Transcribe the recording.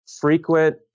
frequent